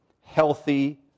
healthy